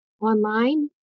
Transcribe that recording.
online